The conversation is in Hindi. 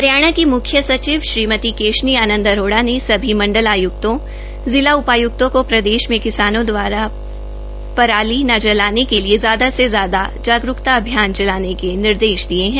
हरियाणा की मुख्य सचिव श्रीमती केशनी आनन्द अरोड़ा ने सभी मण्डलायुक्तों जिला उपायुक्तों को प्रदेश में किसानों दवारा पराली न जलाने के लिए ज्यादा से ज्यादा जागरूकता अभियान चलाने के निर्देश दिये हैं